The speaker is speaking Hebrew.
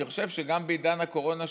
אני חושב שגם בעידן הקורונה,